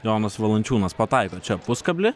jonas valančiūnas pataiko čia puskablį